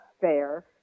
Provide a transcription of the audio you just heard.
fair